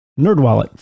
NerdWallet